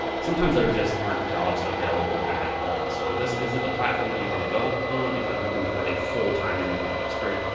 sometimes there just aren't jobs available at all. so this isn't a platform that you wanna go on, if you're looking for a full time income, it's great,